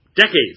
decades